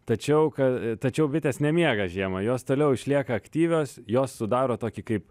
tačiau ka tačiau bitės nemiega žiemą jos toliau išlieka aktyvios jos sudaro tokį kaip